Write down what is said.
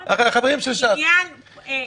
למה אתה לוקח עניין --- לעניין פרטני?